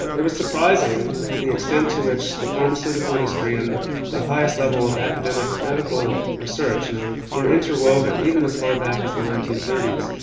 it was surprising the extent to which the pharmaceutical industry and the the highest level of academic medical research you know were interwoven even as far back as the nineteen thirty s.